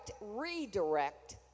redirect